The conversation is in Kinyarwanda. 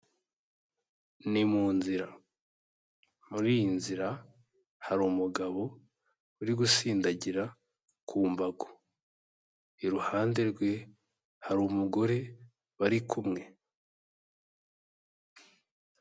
Ni mu nzira, muri iyi nzira hari umu umugabo uri gusindagira ku mbago, iruhande rwe hari umugore bari kumwe.